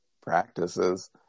practices